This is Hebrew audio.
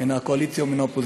הן מהקואליציה והן מהאופוזיציה,